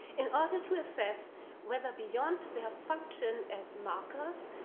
in order to assess whether beyond their function as markers,